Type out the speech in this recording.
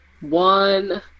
One